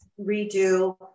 redo